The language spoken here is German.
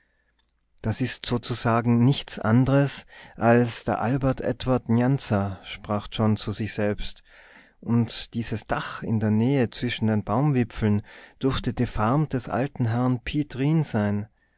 das ist sozusagen nichts andres als der albert edward njansa sprach john zu sich selbst und dieses dach in der nähe zwischen den baumwipfeln dürfte die farm des alten herrn piet rijn sein